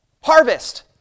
Harvest